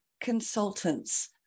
consultants